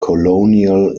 colonial